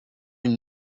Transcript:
une